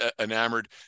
enamored